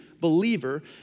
believer